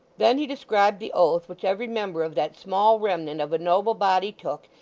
then he described the oath which every member of that small remnant of a noble body took,